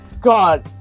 God